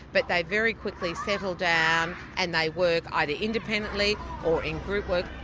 but they very quickly settle down and they work either independently or in group work.